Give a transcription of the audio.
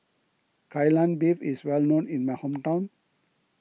Kai Lan Beef is well known in my hometown